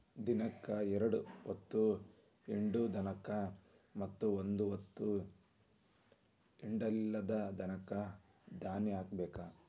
ದಿನಕ್ಕ ಎರ್ಡ್ ಹೊತ್ತ ಹಿಂಡು ದನಕ್ಕ ಮತ್ತ ಒಂದ ಹೊತ್ತ ಹಿಂಡಲಿದ ದನಕ್ಕ ದಾನಿ ಹಾಕಬೇಕ